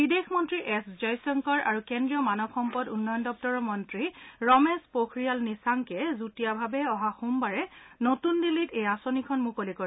বিদেশ মন্ত্ৰী এছ জয়শংকৰ আৰু কেন্দ্ৰীয় মানৱ সম্পদ উন্নয়ন দপ্তৰৰ মন্ত্ৰী ৰমেশ পোখৰিয়াল নিচাংকে যুটীয়াভাৱে অহা সোমবাৰে নতুন দিল্লীত এই আঁচনিখন মুকলি কৰিব